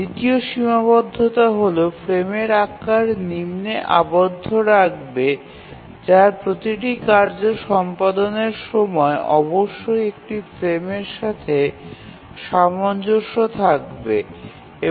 দ্বিতীয় সীমাবদ্ধতা হল ফ্রেমের আকারের উপর একটি নিম্ন সীমা স্থাপন করবে এবং প্রতিটি কার্য সম্পাদনের সময় অবশ্যই একটি ফ্রেমের সাথে সামঞ্জস্য রাখবে